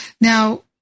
Now